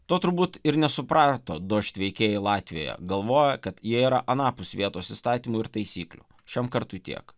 to turbūt ir nesuprato dožd veikėjai latvijoe galvojo kad jie yra anapus vietos įstatymų ir taisyklių šiam kartui tiek